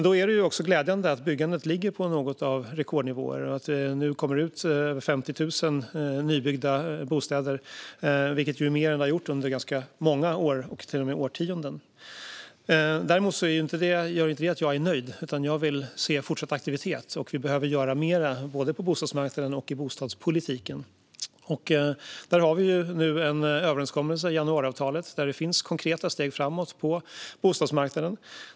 Då är det också glädjande att byggandet ligger på rekordnivåer och att det nu tillkommer 50 000 nybyggda bostäder, vilket är mer än på ganska många år och till och med årtionden. Däremot gör inte detta att jag är nöjd. Jag vill se fortsatt aktivitet. Vi behöver göra mer både på bostadsmarknaden och i bostadspolitiken. Vi har nu en överenskommelse - januariavtalet - där det finns konkreta steg framåt på bostadsmarknaden.